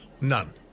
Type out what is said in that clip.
None